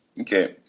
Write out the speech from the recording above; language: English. Okay